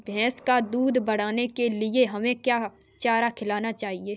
भैंस का दूध बढ़ाने के लिए हमें क्या चारा खिलाना चाहिए?